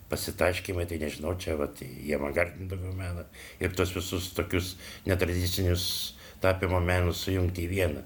pasitaškymai tai nežinau čia vat į avangardinį va meną ir tuos visus tokius netradicinius tapymo menus sujungti į vieną